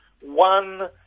one